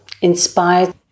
inspired